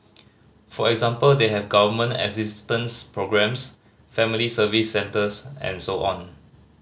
for example they have Government assistance programmes family Service Centres and so on